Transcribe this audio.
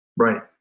Right